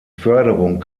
förderung